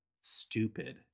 stupid